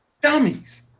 dummies